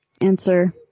answer